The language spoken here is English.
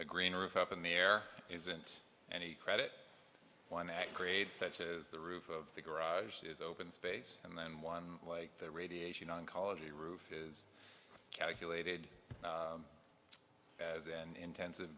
a greener up in the air isn't any credit line at grade such as the roof of the garage is open space and then one of the radiation oncology roof is calculated as and intensive